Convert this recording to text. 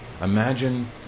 imagine